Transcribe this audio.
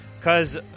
Cause